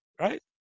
right